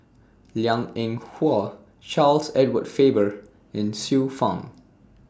Liang Eng Hwa Charles Edward Faber and Xiu Fang